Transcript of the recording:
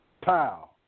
Pow